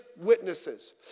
witnesses